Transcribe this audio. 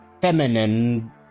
Feminine